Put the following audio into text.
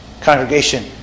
Congregation